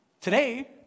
Today